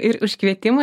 ir už kvietimą